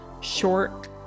short